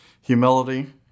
humility